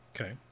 Okay